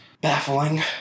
baffling